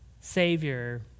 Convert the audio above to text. savior